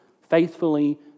faithfully